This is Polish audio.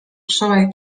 przełaj